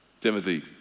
Timothy